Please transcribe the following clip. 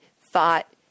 thought